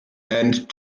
and